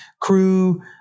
crew